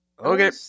Okay